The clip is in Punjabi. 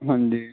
ਹਾਂਜੀ